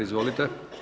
Izvolite.